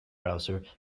browser